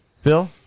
Phil